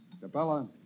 Capella